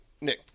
Nick